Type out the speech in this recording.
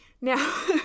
Now